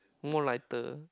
more lighter